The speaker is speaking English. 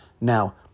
Now